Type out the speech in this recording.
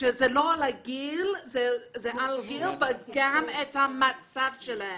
צריך להוסיף שזה לא קשור לגיל אלא גם המצב שלהם.